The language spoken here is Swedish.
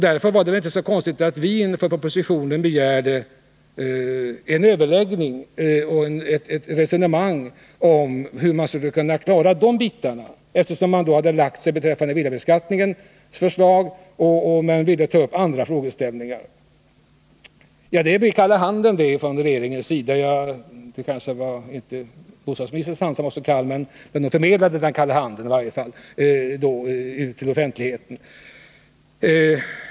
Därför var det väl inte så konstigt att vi från oppositionen begärde en överläggning om hur man skulle klara de delarna, eftersom man hade ”lagt sig” beträffande villabeskattningen men ville ta upp andra frågeställningar. Det blev kalla handen från regeringens sida. Bostadsministerns hand kanske inte var så kall, men hon förmedlade i varje fall den kalla handen ut till offentligheten.